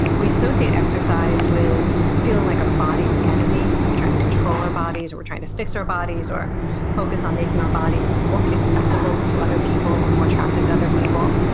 we associate exercise with feeling like our body's the enemy. we're trying to control our bodies, we're trying to fix our bodies or focus on making our bodies look acceptable to other people or more attractive to other people.